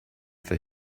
for